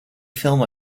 film